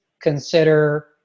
consider